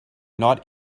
not